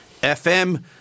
FM